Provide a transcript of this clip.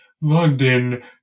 London